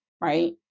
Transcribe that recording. right